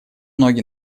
ноги